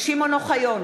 שמעון אוחיון,